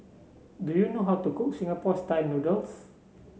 do you know how to cook Singapore style noodles